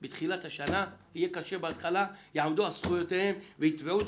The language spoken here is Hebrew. בתחילת השנה זה יהיה קשה בהתחלה יעמדו ויתבעו את